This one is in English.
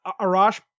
Arash